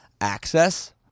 access